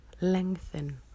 lengthen